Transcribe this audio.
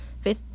Fifth